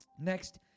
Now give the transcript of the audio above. Next